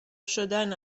شدن